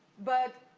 but,